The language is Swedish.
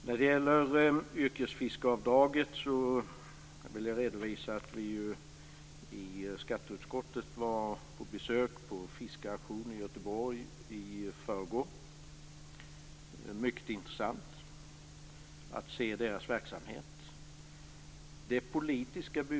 När det gäller yrkesfiskaravdraget vill jag redovisa att vi i skatteutskottet besökte en fiskeauktion i Göteborg i förrgår. Det var mycket intressant att se den verksamheten.